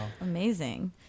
Amazing